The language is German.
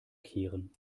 kehren